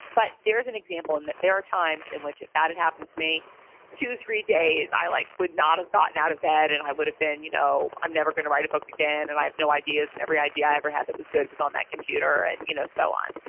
but there is an example, and that there are times in which if that had happened to me two three days i like would not have gotten out of bed and i would have been, you know i'm never going to write a book again and i have no ideas. every idea i ever had that was good was on that computer, and you know so on.